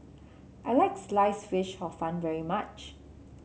I like slice fish Hor Fun very much